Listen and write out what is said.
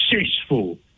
successful